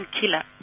killer